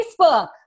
Facebook